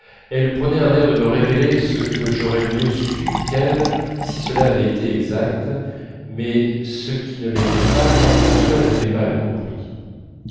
elle prenait un air de me révéler ce que j'aurais mieux su qu'elle si cela avait été exact mais ce qui ne l'était pas car françoise avait mal compris